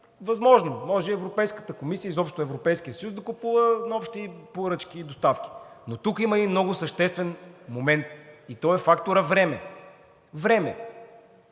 възможно – може Европейската комисия и изобщо Европейският съюз да купуват на общи поръчки и доставки, но тук има един много съществен момент и той е факторът време. Време!